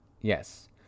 yes